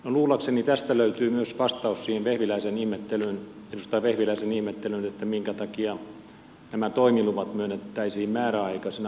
luullakseni tästä löytyy myös vastaus siihen edustaja vehviläisen ihmettelyyn että minkä takia nämä toimiluvat myönnettäisiin määräaikaisina